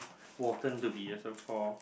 Watten to be assessed for